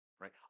right